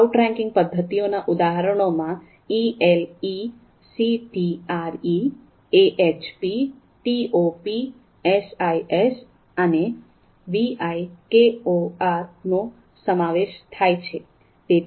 outranking પદ્ધતિઓના ઉદાહરણોમાં ELECTRE AHP TOPSIS અને VIKOR નો સમાવેશ થાય છે